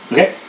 Okay